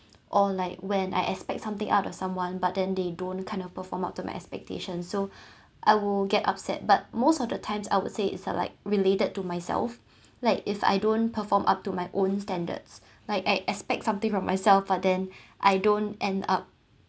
or like when I expect something out of someone but then they don't kind of perform up to my expectations so I would get upset but most of the times I would say it's uh like related to myself like if I don't perform up to my own standards like I expect something from myself but then I don't end up